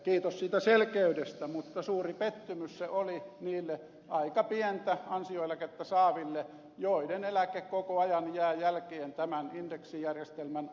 kiitos siitä selkeydestä mutta suuri pettymys se oli niille aika pientä ansioeläkettä saaville joiden eläke koko ajan jää jälkeen tämän indeksijärjestelmän takia